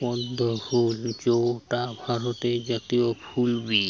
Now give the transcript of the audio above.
পদ্ম ফুল যৌটা ভারতের জাতীয় ফুল বি